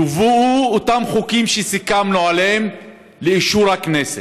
יובאו אותם חוקים שסיכמנו עליהם לאישור הכנסת.